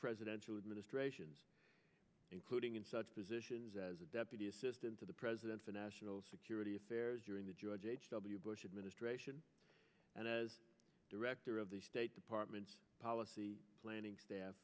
presidential administrations including in such positions as a deputy assistant to the president for national security affairs during the george h w bush administration and as director of the state department's policy planning staff